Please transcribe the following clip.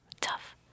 Tough